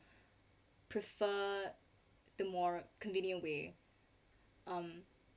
prefer the more convenient way um